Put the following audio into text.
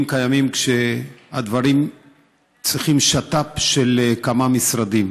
קיימים כשהדברים צריכים שת"פ של כמה משרדים.